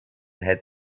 had